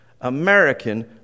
American